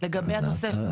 לגבי התוספת.